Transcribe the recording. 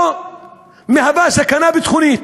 לא מהווה סכנה ביטחונית.